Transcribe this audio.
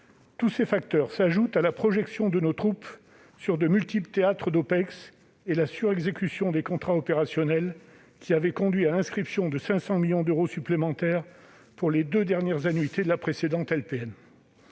Tous ces facteurs s'ajoutent à la projection de nos troupes sur de multiples théâtres d'opérations extérieures et à la sur-exécution des contrats opérationnels, qui avait conduit à l'inscription de 500 millions d'euros supplémentaires pour les deux dernières annuités de la précédente LPM.